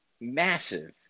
massive